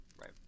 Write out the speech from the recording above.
right